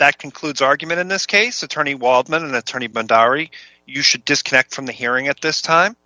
that concludes argument in this case attorney waldman an attorney bhandari you should disconnect from the hearing at this time